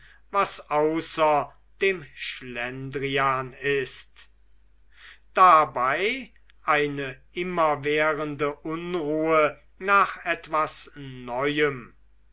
was außer dem schlendrian ist dabei eine immerwährende unruhe nach etwas neuem